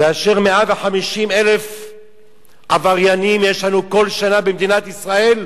כאשר 150,000 עבריינים יש לנו כל שנה במדינת ישראל,